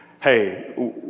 hey